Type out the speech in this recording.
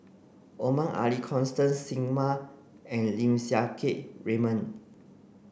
Omar Ali Constance Singam and Lim Siang Keat Raymond